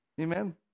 Amen